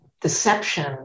deception